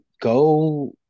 go